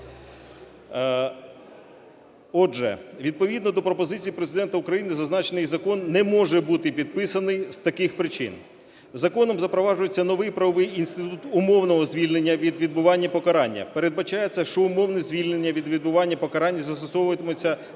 Отже, відповідно до пропозицій Президента України зазначений закон не може бути підписаний з таких причин: законом запроваджується новий правовий інститут умовного звільнення від відбування покарання. Передбачається, що умовне звільнення від відбування покарання застосовуватиметься до